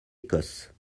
écosse